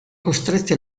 costretti